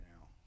now